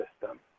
system